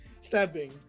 stabbing